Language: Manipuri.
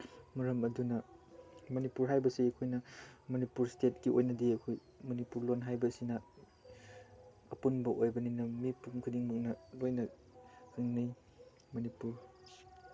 ꯃꯔꯝ ꯑꯗꯨꯅ ꯃꯅꯤꯄꯨꯔ ꯍꯥꯏꯕꯁꯤ ꯑꯩꯈꯣꯏꯅ ꯃꯅꯤꯄꯨꯔ ꯏꯁꯇꯦꯠꯀꯤ ꯑꯣꯏꯅꯗꯤ ꯑꯩꯈꯣꯏ ꯃꯅꯤꯄꯨꯔ ꯂꯣꯜ ꯍꯥꯏꯕꯁꯤꯅ ꯑꯄꯨꯟꯕ ꯑꯣꯏꯕꯅꯤꯅ ꯃꯤꯄꯨꯝ ꯈꯨꯗꯤꯡꯃꯛꯅ ꯂꯣꯏꯅ ꯈꯪꯅꯩ ꯃꯅꯤꯄꯨꯔ